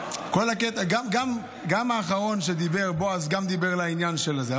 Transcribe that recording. גם האחרון שדיבר, בועז, דיבר לעניין של זה.